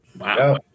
Wow